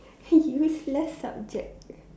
useless subject